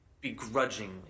begrudgingly